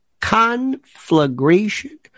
conflagration